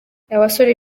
abasore